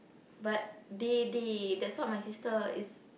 but they they that's what my sister is